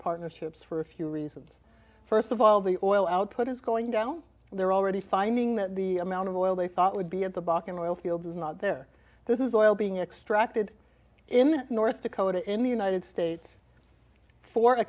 partnerships for a few reasons first of all the oil output is going down and they're already finding that the amount of oil they thought would be at the back in oil fields is not there this is oil being extracted in north dakota in the united states for a